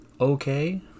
okay